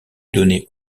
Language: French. donner